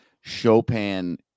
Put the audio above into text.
chopin